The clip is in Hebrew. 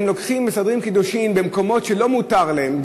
אם לוקחים מסדרי קידושין במקומות שלא מותר להם,